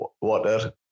water